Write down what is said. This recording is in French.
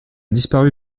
disparu